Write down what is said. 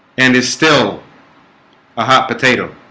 and is still a hot potato